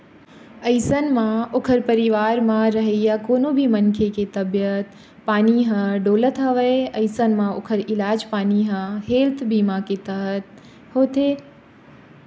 अइसन म ओखर परिवार म रहइया कोनो भी मनखे के तबीयत पानी ह डोलत हवय अइसन म ओखर इलाज पानी ह हेल्थ बीमा के तहत होथे